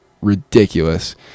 ridiculous